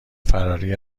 فراری